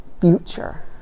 future